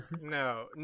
no